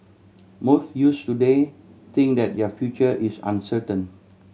most youths today think that their future is uncertain